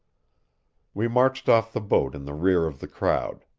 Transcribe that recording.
we marched off the boat in the rear of the crowd,